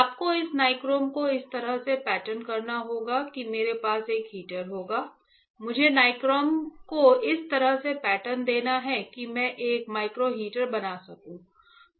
आपको इस नाइक्रोम को इस तरह से पैटर्न करना होगा कि मेरे पास एक हीटर होगा मुझे नाइक्रोम को इस तरह से पैटर्न देना है कि मैं एक माइक्रो हीटर बना सकूं